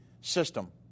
system